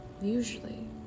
Usually